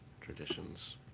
traditions